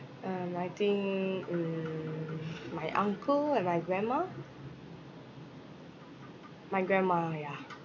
um I think mm my uncle and my grandma my grandma yeah